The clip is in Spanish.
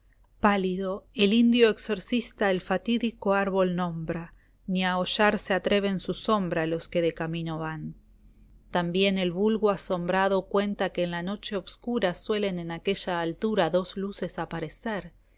pálido el indio exorcista el fatídico árbol nombra ni a hollar se atreven su sombra los que de camino van taml icn el vulgo asombrado cuenta que en la noche oscura suelen en aquella altura dos luces aparecer